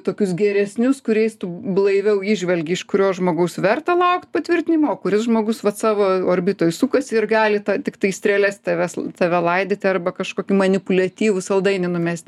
tokius geresnius kuriais tu blaiviau įžvelgi iš kurio žmogaus verta laukt patvirtinimo o kuris žmogus vat savo orbitoj sukasi ir gali tiktai strėles tavęs tave laidyti arba kažkokį manipuliatyvų saldainį numest